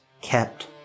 kept